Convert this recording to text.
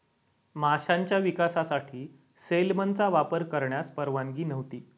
माशांच्या विकासासाठी सेलमनचा वापर करण्यास परवानगी नव्हती